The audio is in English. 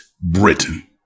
Britain